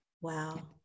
Wow